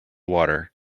water